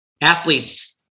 athletes